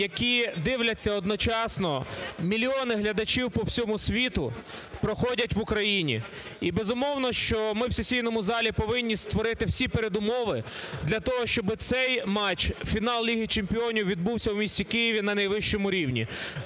які дивляться одночасно мільйони глядачів по всьому світу, проходять в Україні. І, безумовно, що ми в сесійному залі повинні створити всі передумови для того, щоб цей матч - фінал Ліги чемпіонів - відбувся у місті Києві на найвищому рівні.